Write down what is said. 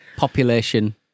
Population